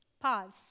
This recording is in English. Pause